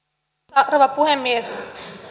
arvoisa rouva puhemies